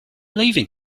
leaving